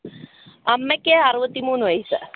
അമ്മക്ക് അറുപത്തിമൂന്ന് വയസ്സ്